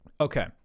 Okay